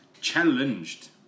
challenged